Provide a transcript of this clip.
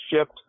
shift